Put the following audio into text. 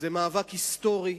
זה מאבק היסטורי.